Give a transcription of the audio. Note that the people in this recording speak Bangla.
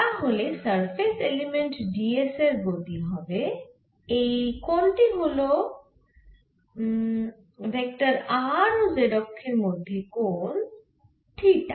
তাহলে সারফেস এলিমেন্ট d s এর গতি হবে এই কোণ টি হল ভেক্টর r ও z অক্ষের মধ্যে কোণ হল থিটা